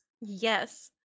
yes